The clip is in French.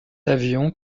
avions